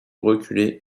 reculer